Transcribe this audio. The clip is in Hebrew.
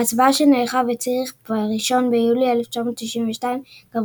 בהצבעה שנערכה בציריך ב-1 ביולי 1992 גברה